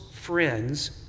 friends